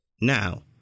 Now